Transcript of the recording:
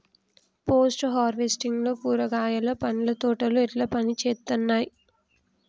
Post harvesting లో కూరగాయలు పండ్ల తోటలు ఎట్లా పనిచేత్తనయ్?